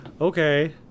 Okay